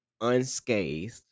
unscathed